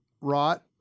rot